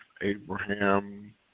Abraham